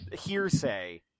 hearsay